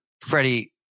Freddie